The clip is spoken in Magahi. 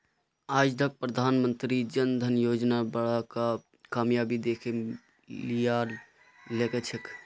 आज तक प्रधानमंत्री जन धन योजनार बड़का कामयाबी दखे लियाल गेलछेक